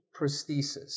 prosthesis